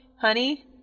honey